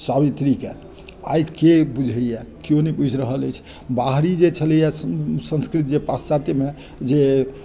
सावित्रीकेँ आइ केओ बुझैया केओ नहि बुझि रहल अछि बाहरी जे छलैया संस्कृति जे पाश्चात्यमे जे